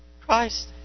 Christ